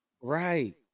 Right